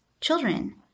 children